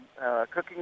cooking